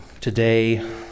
Today